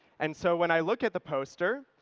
and so, when i look at the poster.